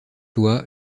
loi